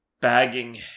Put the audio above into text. bagging